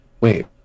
wait